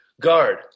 Guard